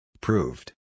Proved